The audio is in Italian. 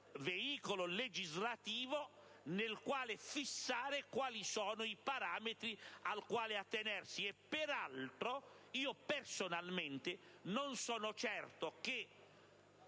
veicolo legislativo nel quale stabilire quali sono i parametri ai quali attenersi. Peraltro, personalmente non sono certo che